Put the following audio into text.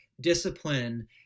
discipline